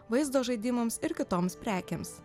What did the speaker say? vaizdo žaidimams ir kitoms prekėms